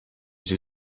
sie